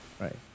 Right